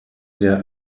der